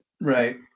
Right